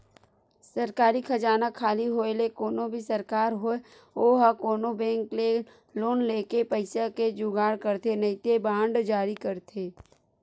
सरकारी खजाना खाली होय ले कोनो भी सरकार होय ओहा कोनो बेंक ले लोन लेके पइसा के जुगाड़ करथे नइते बांड जारी करथे